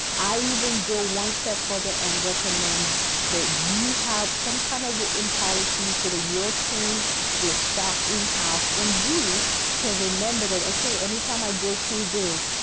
i even go one step further and recommend that you. have some kind of written policies for but your team your. staff in-house, and you can remember that. okay, anytime i go through this,